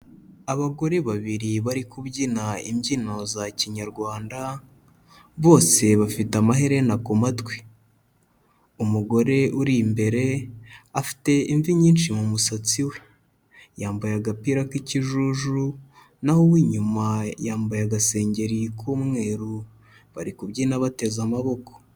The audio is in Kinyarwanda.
Abagore babiri bari kubyina imbyino za Kinyarwanda, bose bafite amaherena ku matwi, umugore uri imbere afite imvi nyinshi mu musatsi we, yambaye agapira k'ikijuju, naho uw'inyuma yambaye agasengeri k'umweru, bari kubyina bateze amaboko.